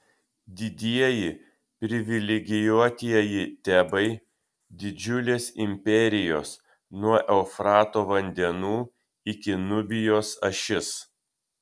didieji privilegijuotieji tebai didžiulės imperijos nuo eufrato vandenų iki nubijos ašis